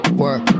work